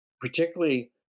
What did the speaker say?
particularly